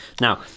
Now